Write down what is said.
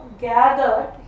gathered